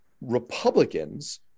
Republicans